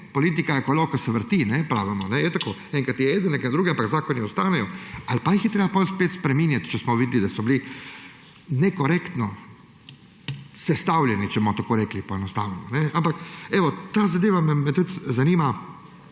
Politika je kolo, ki se vrti, kot pravimo. Je tako? Enkrat je eden, enkrat je drugi, ampak zakoni ostanejo. Ali pa jih je treba potem spet spreminjati, če smo videli, da so bili nekorektno sestavljeni, če tako rečem poenostavljeno. Ampak, evo, ta zadeva me zanima,